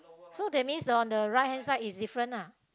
so that's mean on the right hand side is different lah